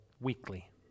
weekly